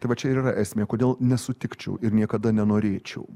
tai va čia yra esmė kodėl nesutikčiau ir niekada nenorėčiau